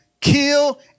kill